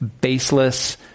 baseless